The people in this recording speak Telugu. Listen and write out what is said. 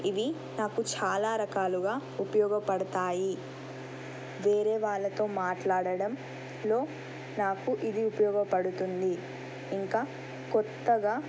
ఇవి నాకు చాలా రకాలుగా ఉపయోగపడతాయి వేరే వాళ్ళతో మాట్లాడడంలో నాకు ఇది ఉపయోగపడుతుంది ఇంకా కొత్తగా